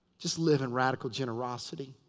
just live in radical generosity.